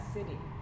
City